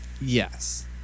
Yes